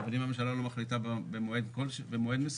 ואם הממשלה לא מחליטה במועד מסוים,